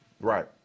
Right